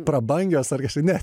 prabangios ar ne